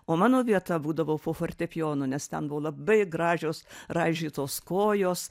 o mano vieta būdavo po fortepijonu nes ten buvo labai gražios raižytos kojos